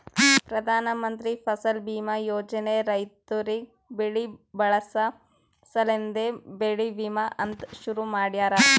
ಪ್ರಧಾನ ಮಂತ್ರಿ ಫಸಲ್ ಬೀಮಾ ಯೋಜನೆ ರೈತುರಿಗ್ ಬೆಳಿ ಬೆಳಸ ಸಲೆಂದೆ ಬೆಳಿ ವಿಮಾ ಅಂತ್ ಶುರು ಮಾಡ್ಯಾರ